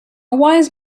wise